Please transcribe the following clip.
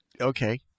Okay